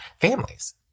families